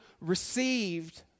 received